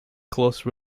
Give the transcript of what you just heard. close